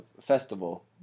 festival